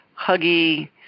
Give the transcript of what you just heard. huggy